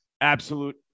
Absolute